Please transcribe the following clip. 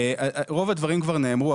רוב הדברים כבר נאמרו,